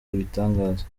ibitangaza